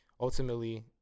ultimately